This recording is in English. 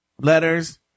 Letters